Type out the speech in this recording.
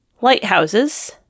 lighthouses